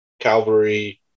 Calvary